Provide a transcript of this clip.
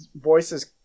voices